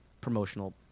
promotional